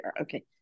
Okay